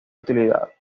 utilidad